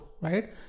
right